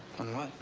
on what?